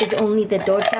like only the door trapped,